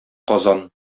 казан